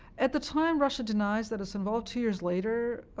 at the time, russia denies that it's involved. two years later,